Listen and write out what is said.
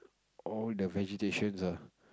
all the vegetations ah